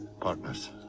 partners